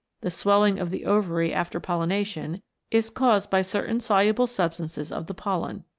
the swelling of the ovary after pollination is caused by certain soluble substances of the pollen.